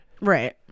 right